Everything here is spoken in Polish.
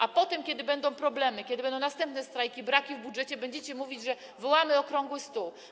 A potem, kiedy będą problemy, będą następne strajki, braki w budżecie, będziecie mówić: zwołamy okrągły stół.